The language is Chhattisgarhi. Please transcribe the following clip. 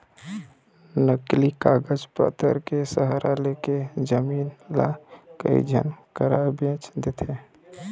नकली कागज पतर के सहारा लेके जमीन ल कई झन करा बेंच देथे